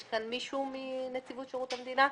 יש כאן מישהו מנציבות שירות המדינה?